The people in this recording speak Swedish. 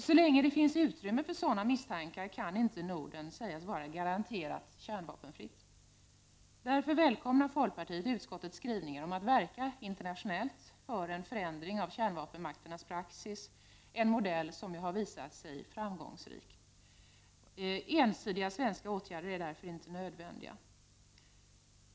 Så länge det finns utrymme för sådana misstankar kan inte Norden sägas vara garanterat kärnvapenfritt. Därför välkomnar folkpartiet utskottets skrivningar om att verka internationellt för en förändring av kärnvapenmakternas praxis, en modell som har visat sig framgångsrik. Ensidiga svenska åtgärder är därför inte nödvändiga.